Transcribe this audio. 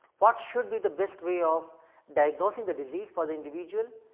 what should be the best way of diagnosing the disease for the individual,